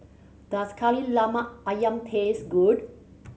does Kari Lemak Ayam taste good